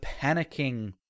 panicking